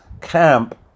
camp